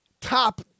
top